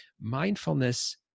mindfulness